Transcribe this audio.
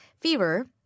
fever